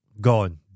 Gone